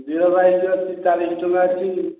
ଚାଳିଶ ଟଙ୍କା ଅଛି